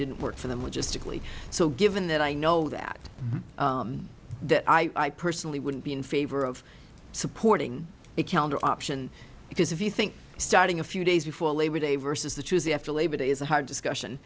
didn't work for them which is strictly so given that i know that that i personally wouldn't be in favor of supporting a counter option because if you think starting a few days before labor day versus the tuesday after labor day is a hard discussion